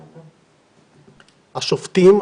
השופטים,